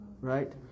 right